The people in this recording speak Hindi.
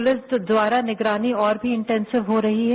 पुलिस द्वारा निगरानी और भी इन्टेंसिव हो रही है